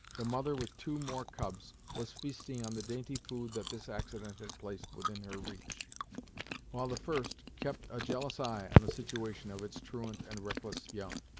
the mother with two more cubs was feasting on the dainty food that this accident had placed within her reach while the first kept a jealous eye on the situation of its truant and reckless young.